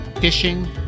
fishing